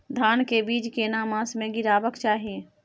धान के बीज केना मास में गीरावक चाही?